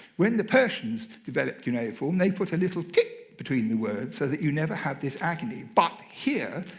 when the persians develop cuneiform, they put a little tick between the words so that you never have this agony. but here,